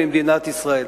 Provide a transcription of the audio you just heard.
ממדינת ישראל.